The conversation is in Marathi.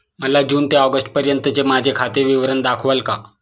मला जून ते ऑगस्टपर्यंतचे माझे खाते विवरण दाखवाल का?